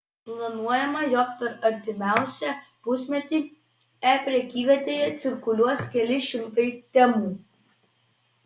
planuojama jog per artimiausią pusmetį e prekyvietėje cirkuliuos keli šimtai temų